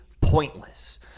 pointless